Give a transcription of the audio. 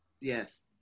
Yes